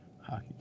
Hockey